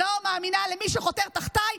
לא מאמינה למי שחותר תחתיי,